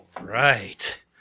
Right